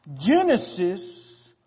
Genesis